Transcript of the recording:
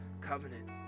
covenant